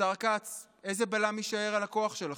השר כץ, איזה בלם יישאר על הכוח שלכם?